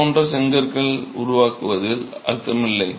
இது போன்ற செங்கற்களை உருவாக்குவதில் அர்த்தமில்லை